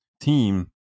team